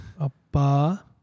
Apa